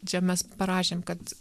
čia mes parašėm kad